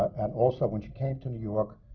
and also, when she came to new york,